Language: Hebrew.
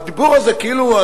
הדיבור הזה כאילו,